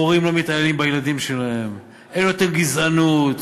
הורים לא מתעללים בילדים שלהם, אין יותר גזענות,